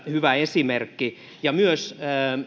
hyvä esimerkki ja myös